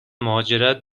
مهاجرت